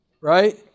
right